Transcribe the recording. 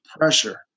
pressure